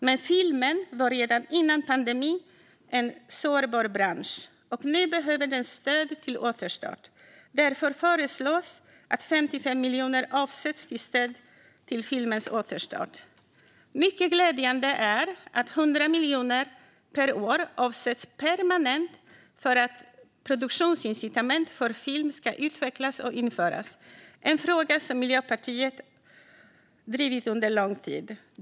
Men filmen var redan innan pandemin en sårbar bransch, och nu behöver den stöd till återstart. Därför föreslås att 55 miljoner ska avsättas till stöd för filmens återstart. Mycket glädjande är att 100 miljoner per år permanent avsätts för att produktionsincitament för film ska utvecklas och införas. Det är en fråga som Miljöpartiet har drivit under lång tid.